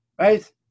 right